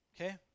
Okay